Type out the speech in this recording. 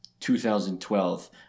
2012